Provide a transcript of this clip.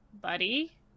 buddy